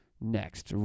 Next